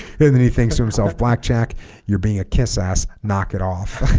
and then he thinks to himself blackjack you're being a kiss ass knock it off